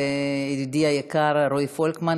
ידידי היקר רועי פולקמן,